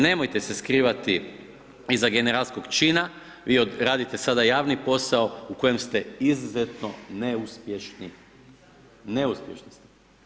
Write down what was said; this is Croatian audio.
Nemojte se skrivati iza generalskog čina, vi radite sada javni posao u kojem ste izuzetno neuspješni, neuspješni ste.